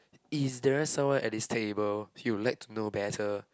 is there someone at this table you would like to know better